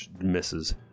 misses